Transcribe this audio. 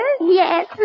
Yes